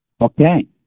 Okay